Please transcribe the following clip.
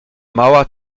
mała